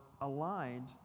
aligned